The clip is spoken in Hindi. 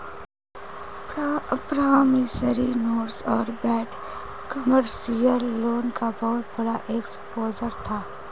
प्रॉमिसरी नोट्स और बैड कमर्शियल लोन का बहुत बड़ा एक्सपोजर था